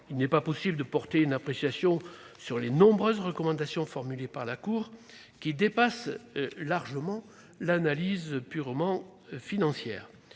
Il n'est pas possible de porter une appréciation sur les nombreuses recommandations formulées par la Cour, qui dépassent largement l'analyse purement financière.